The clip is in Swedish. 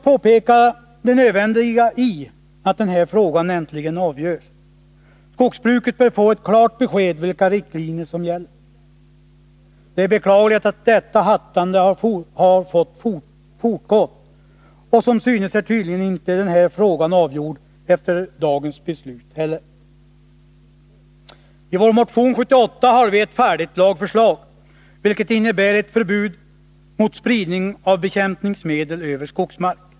Det är nödvändigt att den här frågan äntligen avgörs. Skogsbruket bör få ett klart besked om de riktlinjer som gäller. Det är beklagligt att detta hattande har fått fortgå, och frågan blir tydligen inte avgjord efter dagens beslut heller. I vår motion 78 har vi ett färdigt lagförslag om förbud mot spridning av bekämpningsmedel över skogsmark.